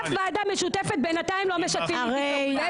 אף ועדה משותפת בינתיים לא משתפים איתי פעולה.